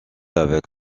avec